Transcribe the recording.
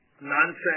nonsense